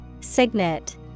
Signet